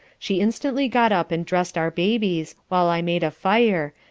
she instantly got up and dressed our babies, while i made a fire,